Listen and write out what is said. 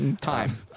Time